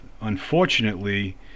unfortunately